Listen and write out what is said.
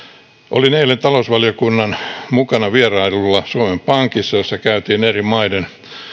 olin eilen talousvaliokunnan mukana vierailulla suomen pankissa jossa käytiin läpi eri maiden